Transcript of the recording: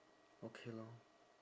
okay lor